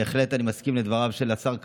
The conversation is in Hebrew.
בהחלט אני מסכים לדבריו של השר כהנא,